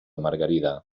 margarida